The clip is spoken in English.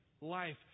life